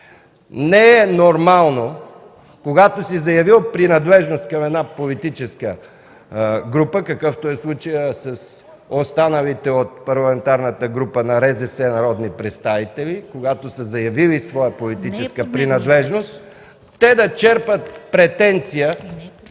Не е нормално, когато си заявил принадлежност към една политическа група, какъвто е случаят с останалите от Парламентарната група на РЗС народни представители, когато са заявили своя политическа принадлежност, те да черпят претенция